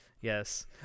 Yes